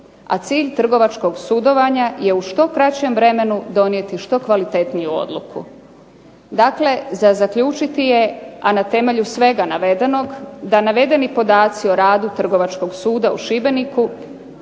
A cilj trgovačkog sudovanja je u što kraćem vremenu donijeti što kvalitetniju odluku. Dakle, za zaključiti je, a na temelju svega navedenog da navedeni podaci o radu Trgovačkog suda u Šibeniku